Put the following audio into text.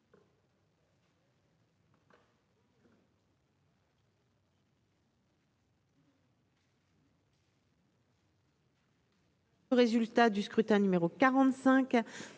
Le résultat du scrutin numéro 45